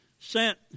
Sent